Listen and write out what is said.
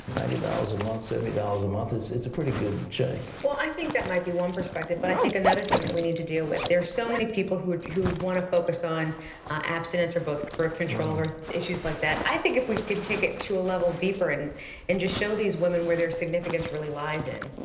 ninety dollars a month, seventy dollars a month. its its a pretty good check. well, i think that might be one perspective, but i think another thing that we need to deal with, there are so many people who who want to focus on abstinence or birth birth control or issues like that. i think if we can take it to a level deeper and and just show these women where their significance really lies in,